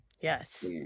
Yes